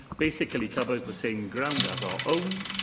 basically covers the same ground as our own.